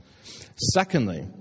Secondly